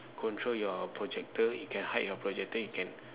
control your projector you can hide your projector you can